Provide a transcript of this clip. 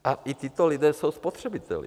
A i tito lidé jsou spotřebiteli.